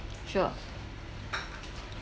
sure